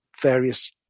various